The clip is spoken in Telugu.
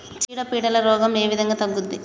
చీడ పీడల రోగం ఏ విధంగా తగ్గుద్ది?